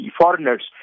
foreigners